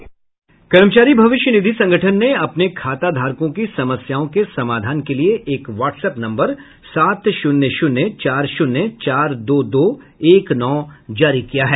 कर्मचारी भविष्य निधि संगठन ने अपने खाताधारकों की समस्याओं के समाधान के लिए एक वाट्सएप नम्बर सात शून्य शून्य चार शून्य चार दो दो एक नौ जारी किया है